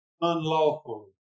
unlawfully